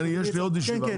יש לי עוד ישיבה.